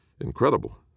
Incredible